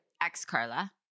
ex-carla